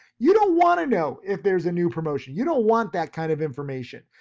you don't wanna know if there's a new promotion, you don't want that kind of information.